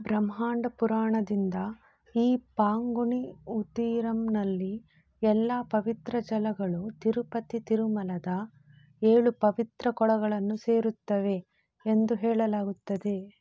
ಬ್ರಹ್ಮಾಂಡ ಪುರಾಣದಿಂದ ಈ ಪಾಂಗುಣಿ ಉತೀರಮ್ನಲ್ಲಿ ಎಲ್ಲ ಪವಿತ್ರ ಜಲಗಳು ತಿರುಪತಿ ತಿರುಮಲದ ಏಳು ಪವಿತ್ರ ಕೊಳಗಳನ್ನು ಸೇರುತ್ತವೆ ಎಂದು ಹೇಳಲಾಗುತ್ತದೆ